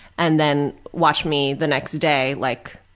and then watch me the next day, like,